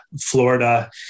Florida